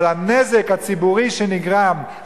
אבל הנזק הציבורי שנגרם,